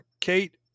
Kate